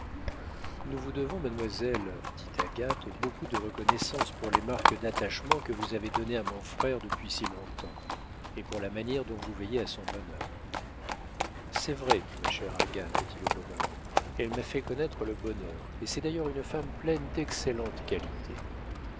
nous vous devons mademoiselle dit agathe beaucoup de reconnaissance pour les marques d'attachement que vous avez données à mon frère depuis si long-temps et pour la manière dont vous veillez à son bonheur c'est vrai ma chère agathe dit le bonhomme elle m'a fait connaître le bonheur et c'est d'ailleurs une femme pleine d'excellentes qualités